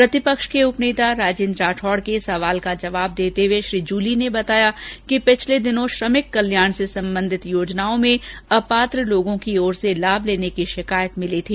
प्रतिपक्ष के उपनेता राजेंद्र राठौड़ के प्रश्न का जवाब देते हुए श्री जूली ने बताया कि पिछले दिनों श्रमिक कल्याण से संबंधित योजनाओं में अपात्र लोगों की ओर से लाभ लेने की शिकायत मिली थी